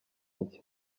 nshya